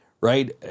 right